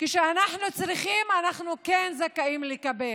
כשאנחנו צריכים אנחנו כן זכאים לקבל.